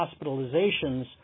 hospitalizations